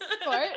sport